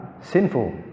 sinful